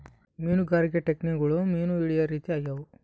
ಮೀನುಗಾರಿಕೆ ಟೆಕ್ನಿಕ್ಗುಳು ಮೀನು ಹಿಡೇ ರೀತಿ ಆಗ್ಯಾವ